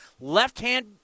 Left-hand